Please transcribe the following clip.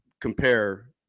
compare